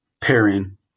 pairing